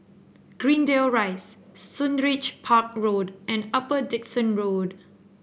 Greendale Rise Sundridge Park Road and Upper Dickson Road